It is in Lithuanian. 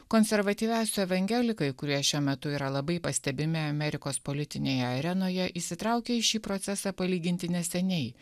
konservatyviausių evangelikai kurie šiuo metu yra labai pastebimi amerikos politinėje arenoj įsitraukė į šį procesą palyginti neseniai